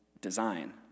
design